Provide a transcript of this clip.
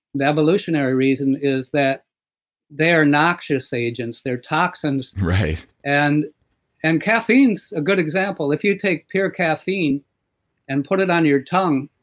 the evolutionary reason is that they're noxious agents. they're toxins, and and caffeine's a good example if you take pure caffeine and put it on your tongue,